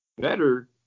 better